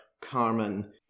Carmen